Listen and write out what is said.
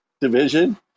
division